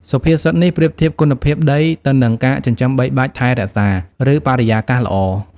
សុភាសិតនេះប្រៀបធៀបគុណភាពដីទៅនឹងការចិញ្ចឹមបីបាច់ថែរក្សា ឬបរិយាកាសល្អ។